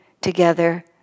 together